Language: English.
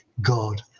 God